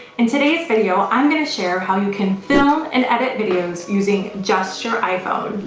in today's video, i'm gonna share how you can film and edit videos using just your iphone.